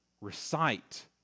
recite